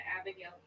Abigail